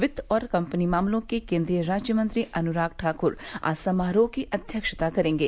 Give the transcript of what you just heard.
वित्त और कम्पनी मामलों के केन्द्रीय राज्य मंत्री अनुराग ठाकर आज समारोह की अध्यक्षता करेंगे